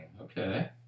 okay